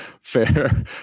fair